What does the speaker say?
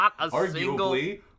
Arguably